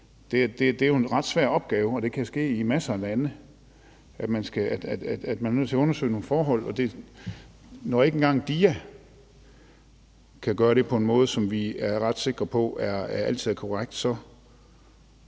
Det er jo en ret svær opgave, og det kan ske i masser af lande, at man er nødt til at undersøge nogle forhold. Og når ikke engang DIA kan gøre det på en måde, som vi er ret sikre på altid er korrekt, så